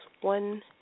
one